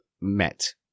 met